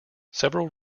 several